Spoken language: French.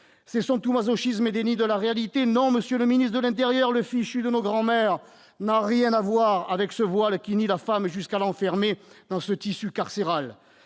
Cessons tout masochisme et déni de la réalité ! Non, monsieur le ministre de l'intérieur, le fichu de nos grands-mères n'a rien à voir avec ce voile qui nie la femme jusqu'à l'enfermer dans un tissu carcéral